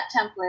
template